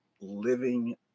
living